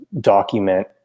document